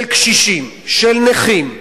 של קשישים, של נכים,